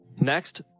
Next